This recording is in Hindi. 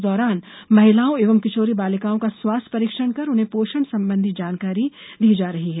इस दौरान महिलाओ एवं किशोरी बालिकाओं का स्वास्थ्य परीक्षण कर उन्हें पोषण संबंधी जानकारी दी जा रही है